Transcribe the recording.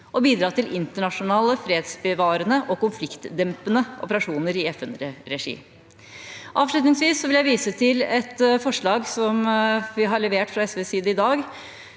internasjonale fredsbevarende og konfliktdempende operasjoner i FN-regi. Avslutningsvis vil jeg vise til et forslag som vi har levert fra SVs side i dag,